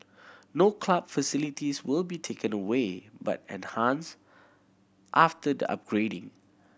no club facilities will be taken away but enhanced after the upgrading